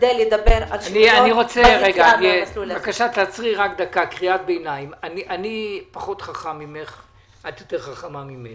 קריאת ביניים את חכמה ממני.